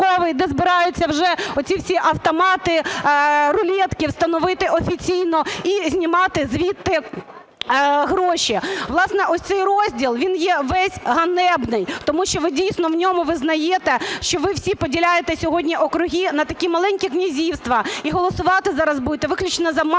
де збираються вже оці всі автомати, рулетки встановити офіційно і знімати звідти гроші. Власне, ось цей розділ, він є весь ганебний, тому що ви, дійсно, в ньому визнаєте, що ви всі поділяєте сьогодні округи на такі маленькі князівства. І голосувати зараз будете виключно за мати